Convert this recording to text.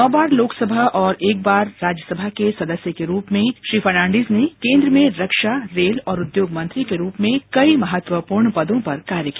नौ बार लोकसभा और एक बार राज्य सभा के सदस्य रहे श्री फर्नान्डीज ने केन्द्र में रक्षा रेल और उद्योग मंत्री के रूप में कई महत्वपूर्ण पदों पर कार्य किया